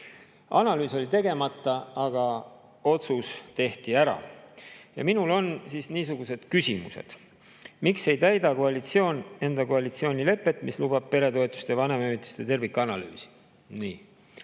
Analüüs oli tegemata, aga otsus tehti ära. Minul on niisugused küsimused. Miks ei täida koalitsioon enda koalitsioonilepet, mis lubab peretoetuste ja vanemahüvitiste tervikanalüüsi? Kus